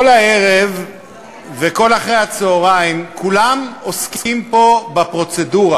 כל הערב וכל אחרי-הצהריים כולם עוסקים פה בפרוצדורה,